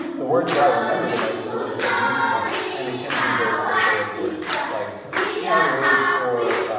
the words that i remember the most are the ones that i use the most, and they tend to be very prosaic words. like you know the word for